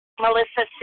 Melissa